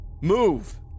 Move